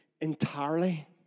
entirely